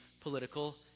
political